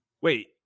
wait